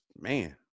man